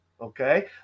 Okay